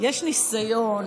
יש ניסיון,